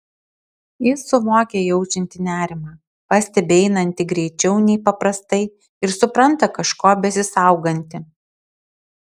ji suvokia jaučianti nerimą pastebi einanti greičiau nei paprastai ir supranta kažko besisauganti